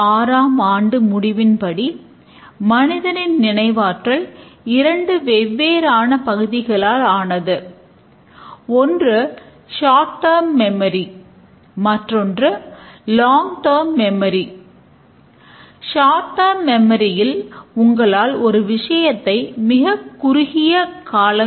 ஆனால் அவை குறியீடுகளில் சிறிது வித்தியாசப்படுகின்றன